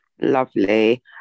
Lovely